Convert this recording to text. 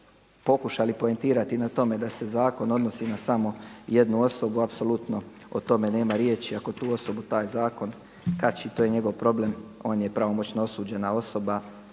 pokušali poentirati na tome da zakon odnosi na samo jednu osobu. Apsolutno o tome nema riječi, ako tu osobu taj zakon kači to je njegov problem, on je pravomoćno osuđena osoba